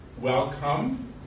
welcome